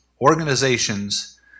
organizations